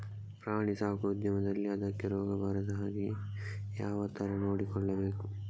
ಪ್ರಾಣಿ ಸಾಕುವ ಉದ್ಯಮದಲ್ಲಿ ಅದಕ್ಕೆ ರೋಗ ಬಾರದ ಹಾಗೆ ಹೇಗೆ ಯಾವ ತರ ನೋಡಿಕೊಳ್ಳಬೇಕು?